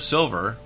Silver